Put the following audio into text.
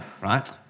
right